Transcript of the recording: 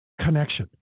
connection